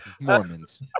Mormons